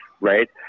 right